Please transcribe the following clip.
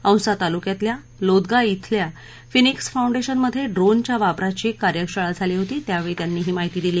औसा तालुक्यातल्या लोदगा इथल्या फिनिक्स फाउन्डेशनमधे ड्रोनच्या वापराची कार्यशाळा झाली होती त्यावेळी त्यानीही माहिती दिली